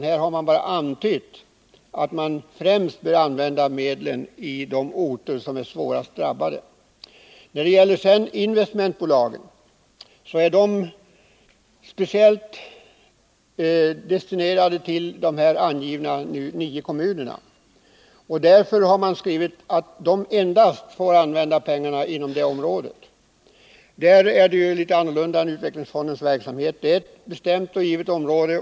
Här har man bara antytt att man ”främst” bör använda medlen i de orter som är svårast drabbade. Investmentbolagen är speciellt destinerade till de nu angivna nio kommunerna. Därför har man skrivit att de endast får använda pengarna inom resp. område. Deras verksamhet är något annorlunda än utvecklingsfondernas verksamhet och gäller alltså ett bestämt, givet område.